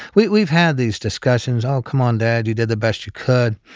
we've we've had these discussions oh come on dad, you did the best you could.